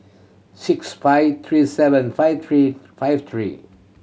six five three seven five three five three